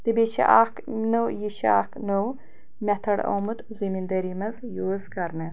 تہٕ بیٚیہِ چھِ اَکھ نٔو یہِ چھِ اَکھ نٔو مٮ۪تھٲڈ آمُت زمیٖندٲری منٛز یوٗز کَرنہٕ